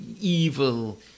evil